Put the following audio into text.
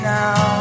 now